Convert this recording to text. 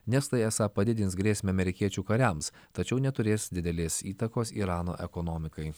nes tai esą padidins grėsmę amerikiečių kariams tačiau neturės didelės įtakos irano ekonomikai